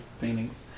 paintings